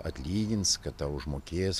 atlygins kad tau užmokės